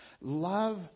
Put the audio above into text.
Love